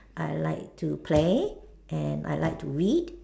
I like to play and I like to read